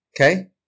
okay